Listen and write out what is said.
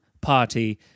party